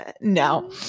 no